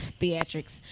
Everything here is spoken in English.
Theatrics